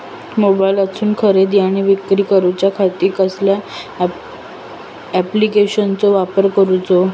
मोबाईलातसून खरेदी आणि विक्री करूच्या खाती कसल्या ॲप्लिकेशनाचो वापर करूचो?